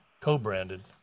co-branded